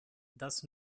dass